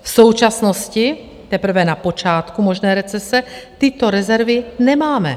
V současnosti, teprve na počátku možné recese, tyto rezervy nemáme.